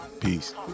Peace